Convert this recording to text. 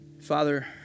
Father